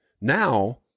Now